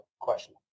question